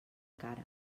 cara